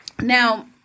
Now